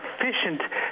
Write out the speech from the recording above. efficient